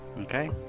Okay